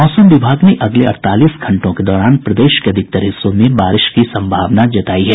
मौसम विभाग ने अगले अड़तालीस घंटों के दौरान प्रदेश के अधिकांश हिस्सों में बारिश की संभावना जतायी है